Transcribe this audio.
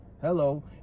hello